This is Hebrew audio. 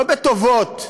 לא בטובות,